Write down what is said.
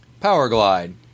Powerglide